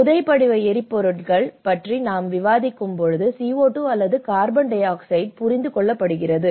புதைபடிவ எரிபொருட்களைப் பற்றி நாம் விவாதிக்கும்போது CO2 அல்லது கார்பன் டை ஆக்சைடு புரிந்து கொள்ளப்படுகிறது